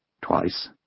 Twice